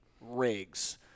rigs